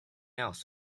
else